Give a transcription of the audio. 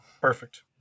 Perfect